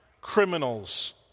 criminals